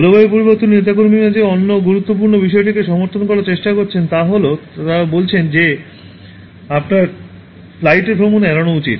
জলবায়ু পরিবর্তনের নেতাকর্মীরা যে অন্য গুরুত্বপূর্ণ বিষয়টিকে সমর্থন করার চেষ্টা করছেন তা হল তারা বলেছে যে আপনার ফ্লাইটে ভ্রমণ এড়ানো উচিত